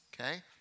okay